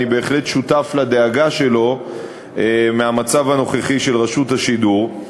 אני בהחלט שותף לדאגה מהמצב הנוכחי של רשות השידור,